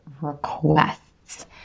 requests